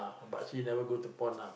but she never go to pawn ah